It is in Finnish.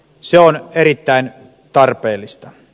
se on erittäin tarpeellista